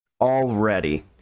already